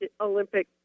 Olympic